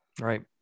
right